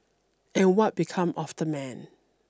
and what become of the man